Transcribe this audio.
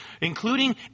including